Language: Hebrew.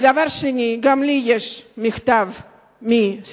ודבר שני, גם לי יש מכתב מסטודנטים,